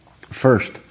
First